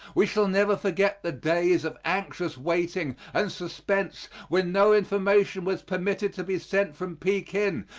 we shall never forget the days of anxious waiting and suspense when no information was permitted to be sent from pekin,